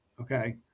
Okay